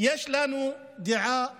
יש לנו דעה אחרת.